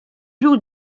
joue